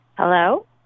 Hello